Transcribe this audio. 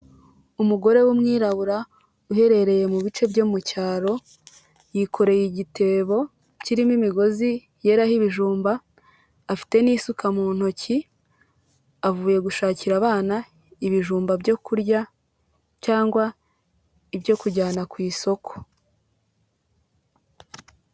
Umugore w'umwirabura uherereye mu bice byo mu cyaro, yikoreye igitebo kirimo imigozi yeraho ibijumba, afite n'isuka mu ntoki, avuye gushakira abana ibijumba byo kurya cyangwa ibyo kujyana ku isoko.